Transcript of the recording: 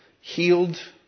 healed